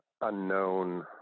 unknown